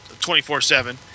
24-7